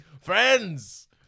Friends